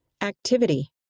Activity